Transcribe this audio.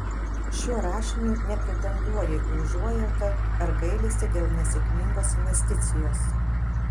šiuo rašiniu nepretenduoju į užuojautą ar gailestį dėl nesėkmingos investicijos